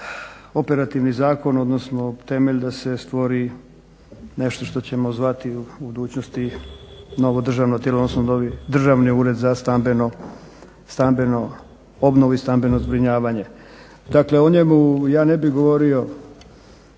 operativni zakon odnosno temelj da se stvori nešto što ćemo zvati u budućnosti novo državno tijelo, odnosno novi državni ured za stambenu obnovu i stambeno zbrinjavanje. Dakle o njemu ja ne bih govorio